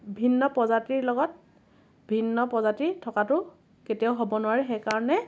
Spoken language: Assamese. ভিন্ন প্ৰজাতিৰ লগত ভিন্ন প্ৰজাতি থকাতো কেতিয়াও হ'ব নোৱাৰে সেইকাৰণে